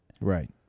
right